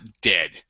dead